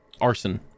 Arson